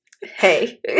hey